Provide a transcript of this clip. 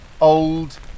old